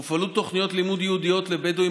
הופעלו תוכניות לימוד ייעודיות לבדואים